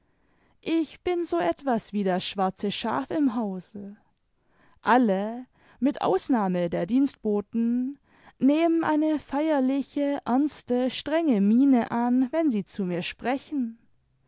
ich bin so etwas wie das schwarze schaf im hause alle mit ausnahme der dienstboten nehmen eine feierliche ernste strenge miene an wenn sie zu mir sprechen